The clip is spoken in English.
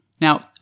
Now